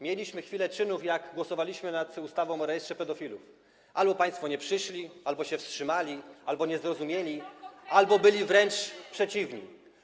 Mieliśmy chwilę czynów, jak głosowaliśmy nad ustawą o rejestrze pedofilów: albo państwo nie przyszli, albo się wstrzymali, albo nie zrozumieli, albo byli wręcz przeciwni.